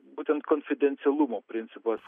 būtent konfidencialumo principas